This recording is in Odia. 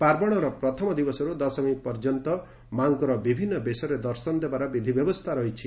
ପାର୍ବଶର ପ୍ରଥମ ଦିବସରୁ ଦଶମୀ ପର୍ଯ୍ୟନ୍ତ ମାଆଙ୍କର ବିଭିନୁ ବେଶରେ ଦର୍ଶନ ଦେବାର ବିଧିବ୍ୟବସ୍କା ରହିଛି